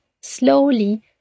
slowly